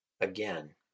Again